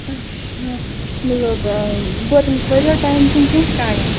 اَچھا لٲو باو گوٚو تٔمِس واریاہ ٹایِم کِنہٕ کیٚنٛہہ ٹایِم